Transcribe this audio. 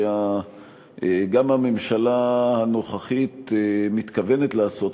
שגם הממשלה הנוכחית מתכוונת לעשות,